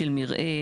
של מרעה,